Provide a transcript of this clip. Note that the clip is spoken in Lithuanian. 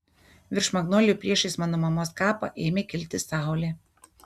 virš magnolijų priešais mano mamos kapą ėmė kilti saulė